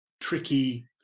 tricky